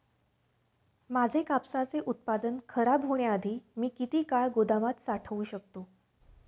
माझे कापसाचे उत्पादन खराब होण्याआधी मी किती काळ गोदामात साठवू शकतो?